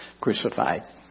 crucified